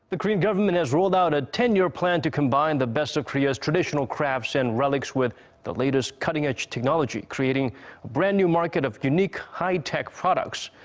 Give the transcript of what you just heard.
the korean government has rolled out a ten-year plan to combine the best of korea's traditional crafts and relics with the latest cutting-edge technology, creating a brand new market of unique, high-tech products.